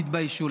תתביישו לכם.